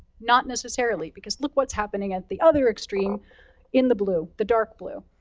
not necessarily, because look what's happening at the other extreme in the blue, the dark blue.